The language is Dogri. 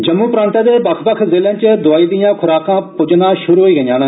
जम्मू प्रांतै दे बक्ख बक्ख जिले च दोआइ दियां ख्राकां प्जाना श्रु होई गेइयां न